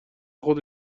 خود